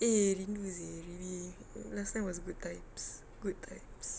eh rindu seh really last time was good times good times